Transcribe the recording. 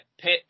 pet